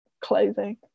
clothing